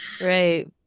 Right